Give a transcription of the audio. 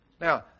Now